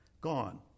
gone